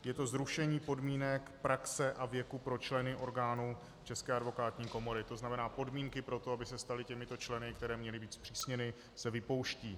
Je to zrušení podmínek praxe a věku pro členy orgánu České advokátní komory, tzn. podmínky pro to, aby se stali těmito členy, které měly být zpřísněny, se vypouští.